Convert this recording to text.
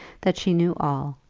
that she knew all,